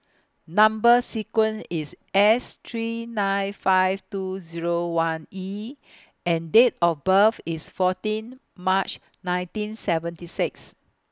Number sequence IS S three nine five two Zero one E and Date of birth IS fourteen March nineteen seventy six